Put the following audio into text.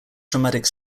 traumatic